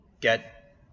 get